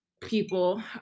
people